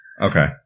Okay